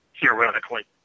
theoretically